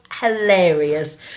hilarious